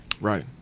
Right